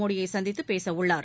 மோடியை சந்தித்து பேச உள்ளார்